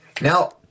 Now